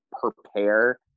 prepare